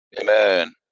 Amen